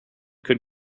could